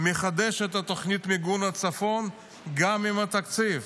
מחדש את תוכנית מיגון הצפון גם עם התקציב.